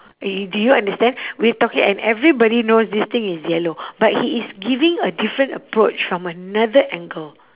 you do you understand we are talking and everybody knows this thing is yellow but he is giving a different approach from another angle